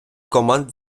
команд